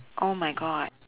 oh my god